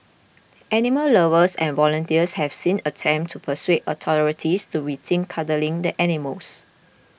animal lovers and volunteers have since attempted to persuade authorities to rethink culling the animals